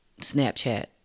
Snapchat